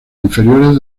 inferiores